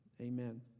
Amen